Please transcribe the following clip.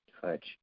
touch